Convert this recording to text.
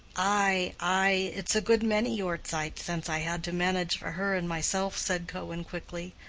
ay, ay, it's a good many yore-zeit since i had to manage for her and myself, said cohen quickly.